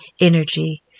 energy